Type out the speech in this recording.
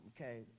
Okay